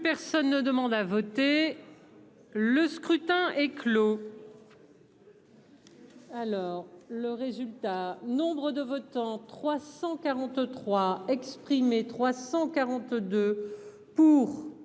Plus personne ne demande à voter. Le scrutin est clos.